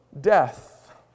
death